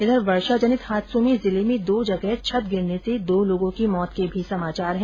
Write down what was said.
इधर वर्षाजनित हादसों में जिले में दो जगह छत गिरने से दो लोगों की मौत के भी समाचार है